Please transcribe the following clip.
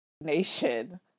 nation